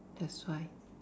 that's why